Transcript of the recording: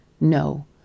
No